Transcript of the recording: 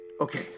Okay